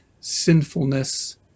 sinfulness